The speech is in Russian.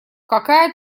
какая